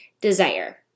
desire